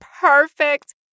perfect